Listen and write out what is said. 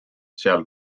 seal